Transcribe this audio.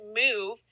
move